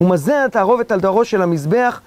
הוא מזה את התערובת על טהרו של המזבח